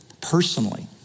personally